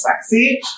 sexy